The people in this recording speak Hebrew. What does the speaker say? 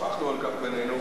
שוחחנו על כך בינינו,